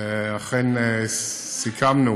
ואכן סיכמנו